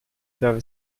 der